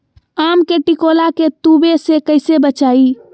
आम के टिकोला के तुवे से कैसे बचाई?